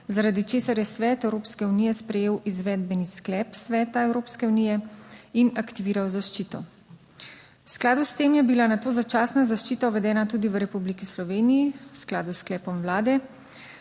zaradi česar je Svet Evropske unije sprejel izvedbeni sklep Sveta Evropske unije in aktiviral zaščito. V skladu s tem je bila nato začasna zaščita uvedena tudi v Republiki Sloveniji, v skladu s sklepom Vlade,